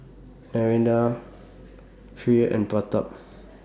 Narendra Hri and Pratap